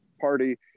party